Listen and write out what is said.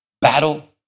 battle